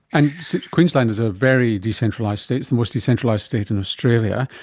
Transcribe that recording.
and queensland is a very decentralised state, it's the most decentralised state in australia.